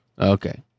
okay